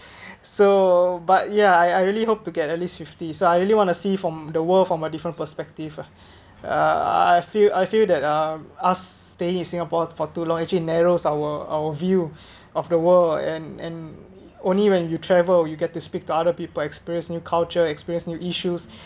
so but ya I I really hope to get at least fifty so I really want to see from the world from a different perspective ah I I feel I feel that um us staying in singapore for too long actually narrows our our view of the world and and only when you travel you get to speak to other people experience new culture experience new issues